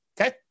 Okay